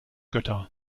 götter